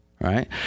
right